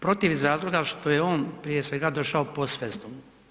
Protiv iz razloga što je on prije svega, došao post festum.